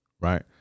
Right